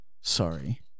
Sorry